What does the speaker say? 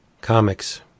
comics